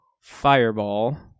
fireball